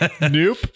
nope